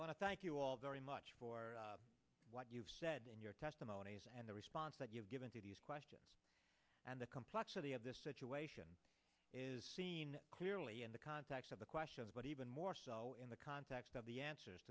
i want to thank you all very much for what you said in your testimonies and the response that you've given to these questions and the complexity of this situation is clearly in the context of the questions but even more so in the context of the answers